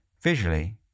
Visually